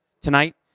tonight